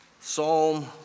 Psalm